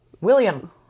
William